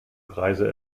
preise